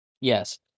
Yes